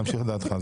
להמשיך את דעתך.